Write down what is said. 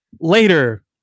later